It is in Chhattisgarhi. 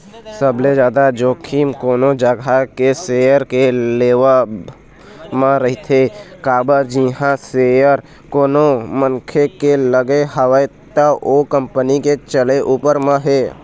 सबले जादा जोखिम कोनो जघा के सेयर के लेवब म रहिथे काबर जिहाँ सेयर कोनो मनखे के लगे हवय त ओ कंपनी के चले ऊपर म हे